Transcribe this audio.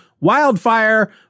Wildfire